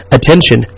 Attention